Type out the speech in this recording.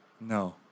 No